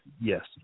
Yes